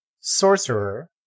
sorcerer